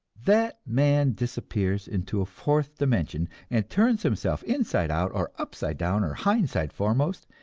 that man disappears into a fourth dimension, and turns himself inside out or upside down or hindside foremost,